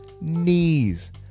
knees